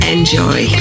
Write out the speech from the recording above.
Enjoy